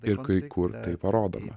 ir kai kur tai parodoma